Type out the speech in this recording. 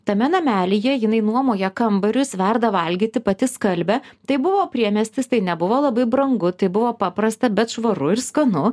tame namelyje jinai nuomuoja kambarius verda valgyti pati skalbia tai buvo priemiestis tai nebuvo labai brangu tai buvo paprasta bet švaru ir skanu